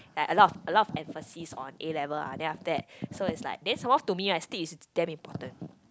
like a lot of a lot of emphasis on level A ah then after that so is like then some more to me lah sleep is damn important